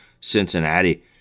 Cincinnati